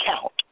count